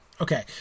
Okay